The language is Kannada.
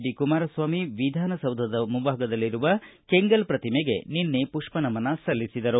ಡಿ ಕುಮಾರ ಸ್ವಾಮಿ ವಿಧಾನ ಸೌಧದ ಎದುರಿಗೆ ಇರುವ ಕೆಂಗಲ್ ಪ್ರತಿಮೆಗೆ ನಿನ್ನೆ ಪುಷ್ಪನಮನ ಸಲ್ಲಿಸಿದರು